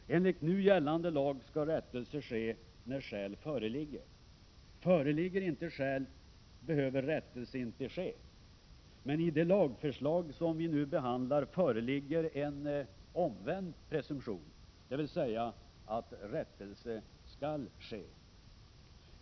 Enligt nu gällande lag skall rättelse ske när skäl föreligger. Föreligger inte skäl behöver rättelse inte ske. I lagförslaget föreligger en omvänd presumtion, dvs. att rättelse skall ske.